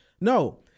No